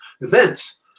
events